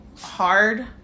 hard